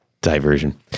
diversion